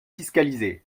fiscalisée